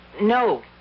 no